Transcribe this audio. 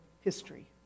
history